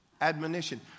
Admonition